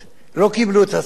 לא קיבלו את הצעתי.